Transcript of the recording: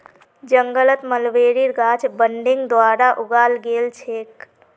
जंगलत मलबेरीर गाछ बडिंग द्वारा उगाल गेल छेक